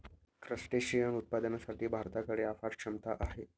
crustacean उत्पादनासाठी भारताकडे अफाट क्षमता आहे